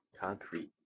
Concrete